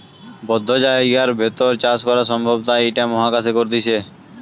বদ্ধ জায়গার ভেতর চাষ করা সম্ভব তাই ইটা মহাকাশে করতিছে